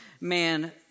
man